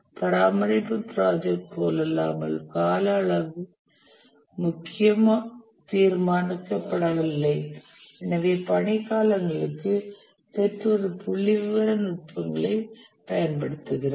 பராமரிப்பு ப்ராஜெக்ட் போலல்லாமல் கால அளவு முதலியன தீர்மானிக்கப்படவில்லை எனவே பணி காலங்களுக்கு PERT ஒரு புள்ளிவிவர நுட்பங்களைப் பயன்படுத்துகிறது